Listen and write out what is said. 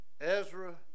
Ezra